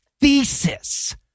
thesis